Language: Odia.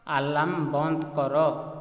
ଆଲାର୍ମ୍ ବନ୍ଦ କର